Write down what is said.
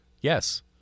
yes